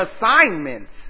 assignments